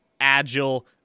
agile